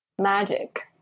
magic